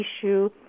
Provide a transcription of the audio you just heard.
issue